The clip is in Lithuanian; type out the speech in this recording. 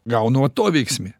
gaunu atoveiksmį